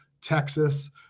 Texas